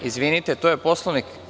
Izvinite, to je Poslovnik.